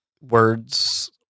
words